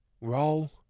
Roll